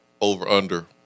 over-under